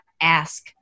ask